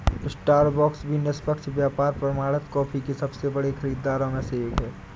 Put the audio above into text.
Starbucks भी निष्पक्ष व्यापार प्रमाणित कॉफी के सबसे बड़े खरीदारों में से एक है